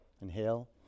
inhale